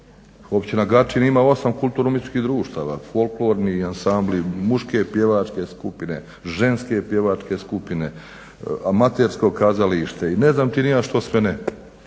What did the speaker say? Općina Gačin ima 8 kulturno umjetničkih društava. Folklorni ansambli, muške pjevačke skupine, ženske pjevačke skupine, amatersko kazalište i ne znam ni ja što sve ne.